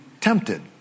tempted